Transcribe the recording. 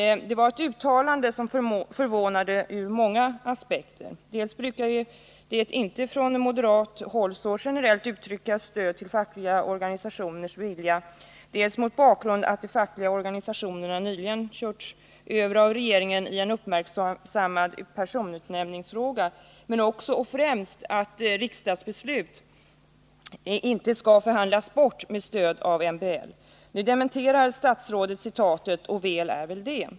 Detta var ett uttalande som förvånade ur många aspekter — dels mot bakgrund av att man på moderat håll inte så generellt brukar uttrycka stöd för de fackliga organisationernas vilja, dels mot bakgrund av att fackliga organisationer nyligen körts över av regeringen i en uppmärksammad personutnämningsfråga. Men det var förvånande främst därför att riksdagsbeslut inte skall förhandlas bort med stöd av MBL. Nu dementerar statsrådet citatet, och väl är väl det.